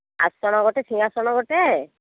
ଆସନ ଗୋଟେ ସିଂହାସନ ଗୋଟେ